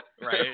Right